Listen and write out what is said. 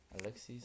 Alexis